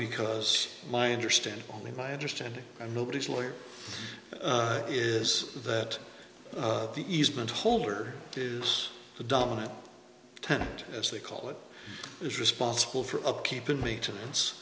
because my understanding only my understanding and nobody's lawyer is that the easement holder is the dominant tenant as they call it is responsible for upkeep and maintenance